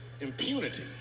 impunity